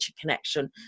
Connection